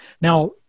now